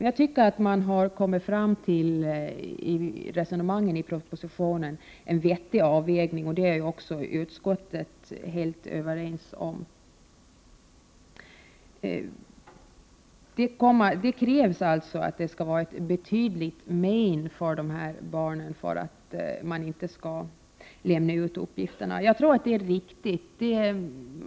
Jag tycker att man i propositionen kommit fram till ett resonemang med en vettig avvägning, som också utskottet är helt överens om. Det krävs att det skall vara ett betydligt men för barn för att man inte skall lämna ut uppgifter. Jag tror det är riktigt.